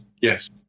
Yes